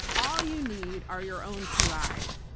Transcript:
all you need are your own two eyes.